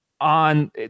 on